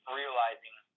realizing